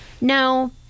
No